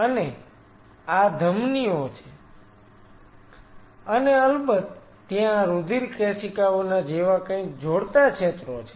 અને આ ધમનીઓ છે અને અલબત્ત ત્યાં આ રુધિરકેશિકાઓના જેવા કંઈક જોડતા ક્ષેત્રો છે